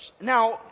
Now